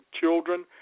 children